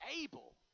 able